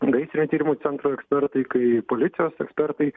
gaisrinių tyrimų centro ekspertai kai policijos ekspertai